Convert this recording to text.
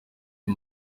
uyu